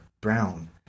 Brown